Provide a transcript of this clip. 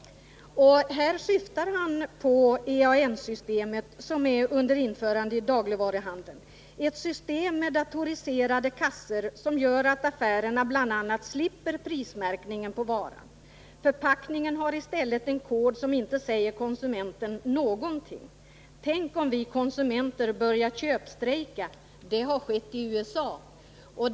Han syftar här på EAN-systemet som är under införande i dagligvaruhandeln, ett system med datoriserade kassor som enligt konsumentverkets chef gör att affärerna bl.a. slipper prismärkningen på varan; förpackningen har i stället en kod som inte säger konsumenten någonting. Tänk om vi konsumenter börjar köpstrejka — det har skett i USA, säger konsumentverkets chef.